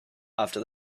after